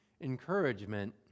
encouragement